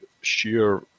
sheer